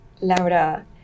Laura